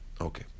Okay